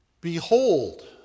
Behold